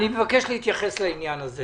אני מבקש להתייחס לעניין הזה.